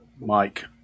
Mike